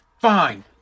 fine